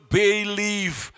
believe